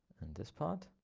and this part,